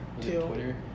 Twitter